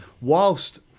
whilst